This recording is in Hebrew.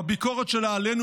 והביקורת שלה עלינו,